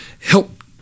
help